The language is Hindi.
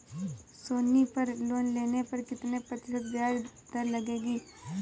सोनी पर लोन लेने पर कितने प्रतिशत ब्याज दर लगेगी?